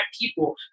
people